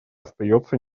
остается